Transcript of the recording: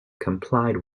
complied